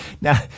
Now